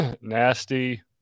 nasty